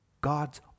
God's